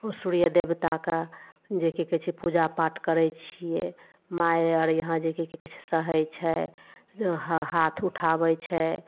सूर्य देवताके जे कि कहै छै पूजा पाठ करै छियै माइ आओर यहाँ जेकि कि कहै छै सहै छै हा हाथ ऊठाबै छै